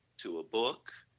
to a book,